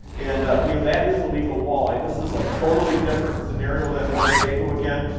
and you know that is a legal walleye. this is a totally different scenario than winnebago, again.